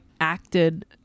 acted